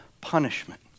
punishment